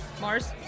Mars